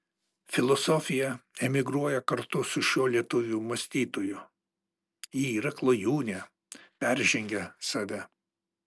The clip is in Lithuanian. filosofija emigruoja kartu su šiuo lietuvių mąstytoju ji yra klajūnė peržengia save